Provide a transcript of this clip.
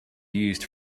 used